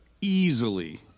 easily